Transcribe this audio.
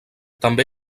també